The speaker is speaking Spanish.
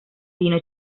vino